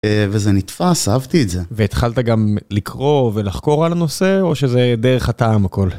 וזה נתפס, אהבתי את זה. והתחלת גם לקרוא ולחקור על הנושא, או שזה דרך הטעם הכל?